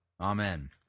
Amen